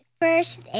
first